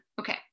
okay